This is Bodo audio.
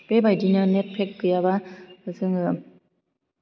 बे बायदिनो नेट फेक गैयाबा जोङो